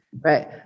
right